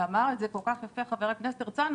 ואמר את זה כל כך יפה חבר הכנסת הרצנו,